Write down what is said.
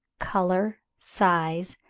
colour, size,